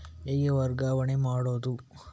ಹೇಗೆ ವರ್ಗಾವಣೆ ಮಾಡುದು?